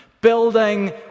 building